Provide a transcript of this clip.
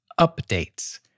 updates